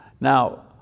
Now